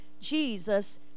Jesus